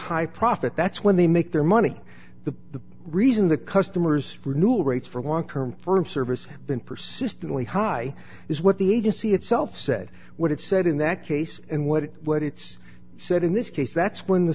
high profit that's when they make their money the reason the customers renewal rates for long term from service been persistently high is what the agency itself said what it said in that case and what it what it's said in this case that's when the